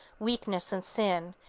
weakness and sin,